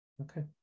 okay